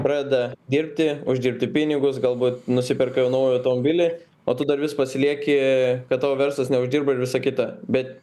pradeda dirbti uždirbti pinigus galbūt nusiperka jau naują automobilį o tu dar vis pasilieki kad tavo verslas neuždirbo ir visa kita bet